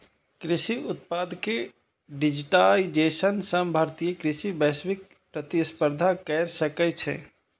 कृषि उत्पाद के डिजिटाइजेशन सं भारतीय कृषि वैश्विक प्रतिस्पर्धा कैर सकै छै